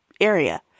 area